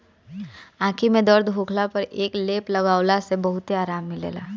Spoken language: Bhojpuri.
आंखी में दर्द होखला पर एकर लेप लगवला से बहुते आराम मिलेला